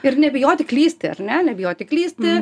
ir nebijoti klysti ar ne nebijoti klysti